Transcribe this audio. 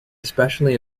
especially